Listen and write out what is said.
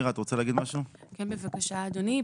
אדוני,